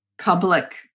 public